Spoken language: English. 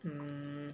mm